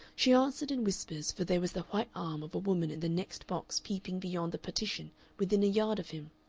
she answered in whispers, for there was the white arm of a woman in the next box peeping beyond the partition within a yard of him.